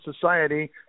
society